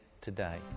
today